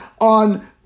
on